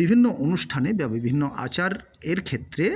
বিভিন্ন অনুষ্ঠানে বা বিভিন্ন আচারের ক্ষেত্রে